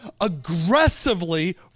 aggressively